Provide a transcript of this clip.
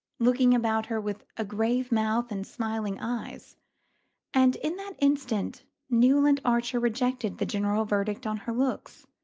looking about her with a grave mouth and smiling eyes and in that instant newland archer rejected the general verdict on her looks.